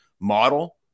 model